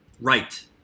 right